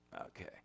Okay